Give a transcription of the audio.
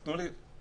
תנו לי.